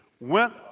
went